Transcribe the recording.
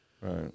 right